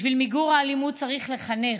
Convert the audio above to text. בשביל מיגור האלימות צריך לחנך,